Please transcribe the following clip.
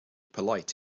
polite